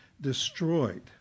destroyed